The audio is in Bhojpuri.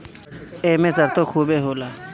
एमे सरतो खुबे होला